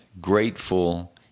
grateful